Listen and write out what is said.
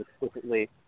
explicitly